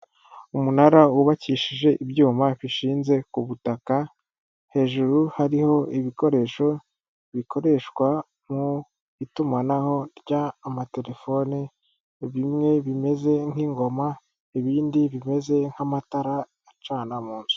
Umunara wubakishije ibyuma bishinze ku butaka; hejuru hariho ibikoresho bikoreshwa mu itumanaho ry'amatelefone; bimwe bimeze nk'ingoma, ibindi bimeze nk'amatara acana mu nzu.